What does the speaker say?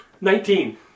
Nineteen